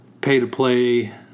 pay-to-play